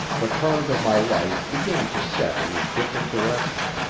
the current of my life began to set in a different direction.